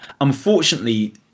unfortunately